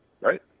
right